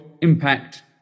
impact